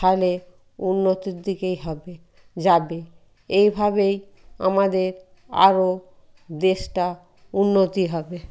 তালে উন্নতির দিকেই হবে যাবে এইভাবেই আমাদের আরও দেশটা উন্নতি হবে